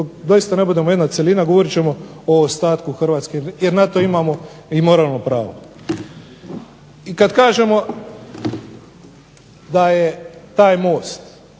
i tako ćemo govoriti, govoriti ćemo o ostatku Hrvatske jer na to imamo i moralno pravo. I kada kažemo da je taj most,